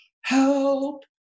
help